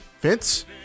vince